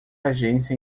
agência